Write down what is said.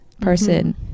person